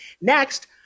Next